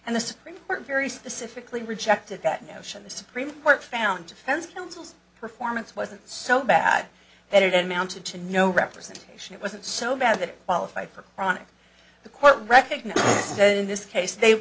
and the supreme court very specifically rejected that notion the supreme court found defense counsel's performance wasn't so bad that it had mounted to no representation it wasn't so bad that qualify for chronic the court recognized that in this case they